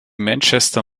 manchester